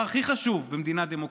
הדבר הכי חשוב במדינה דמוקרטית,